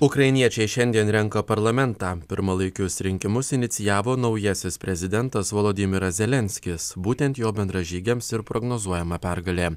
ukrainiečiai šiandien renka parlamentą pirmalaikius rinkimus inicijavo naujasis prezidentas volodymyras zelenskis būtent jo bendražygiams ir prognozuojama pergalė